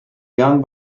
gern